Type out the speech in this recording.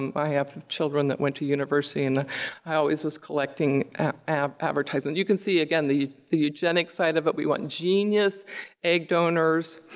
um i have children that went to university and i always was collecting um advertisements. you can see again, the the eugenics side of it. we want genius egg donors,